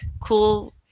cool